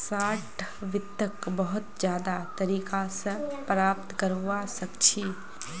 short वित्तक बहुत ज्यादा तरीका स प्राप्त करवा सख छी